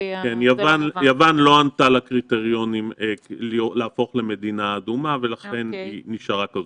יוון לא ענתה לקריטריונים כדי להפוך למדינה אדומה ולכן היא נשארה.